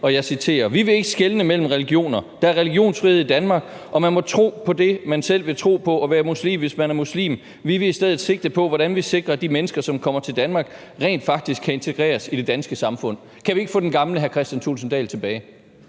Thulesen Dahl: »Vi vil ikke skelne mellem religioner. Der er religionsfrihed i Danmark, og man må tro på det, man selv vil tro på og være muslim, hvis man er muslim. Vi vil i stedet sigte på, hvordan vi sikrer, at de mennesker, som kommer til Danmark, rent faktisk kan integreres i det danske samfund ...« Kan vi ikke få den gamle hr. Kristian Thulesen Dahl tilbage?